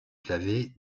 clavier